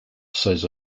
says